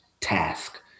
task